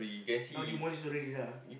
now demolished already lah